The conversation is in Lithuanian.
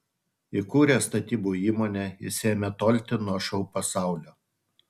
įkūręs statybų įmonę jis ėmė tolti nuo šou pasaulio